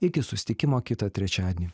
iki susitikimo kitą trečiadienį